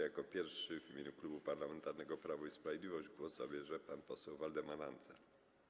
Jako pierwszy w imieniu Klubu Parlamentarnego Prawo i Sprawiedliwość głos zabierze pan poseł Waldemar Andzel.